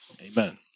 Amen